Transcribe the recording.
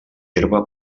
herba